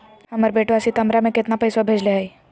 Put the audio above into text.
हमर बेटवा सितंबरा में कितना पैसवा भेजले हई?